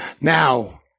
Now